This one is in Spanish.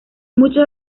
muchos